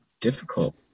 difficult